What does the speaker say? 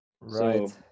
right